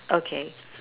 okay